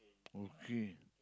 okay